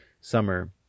summer